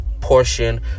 portion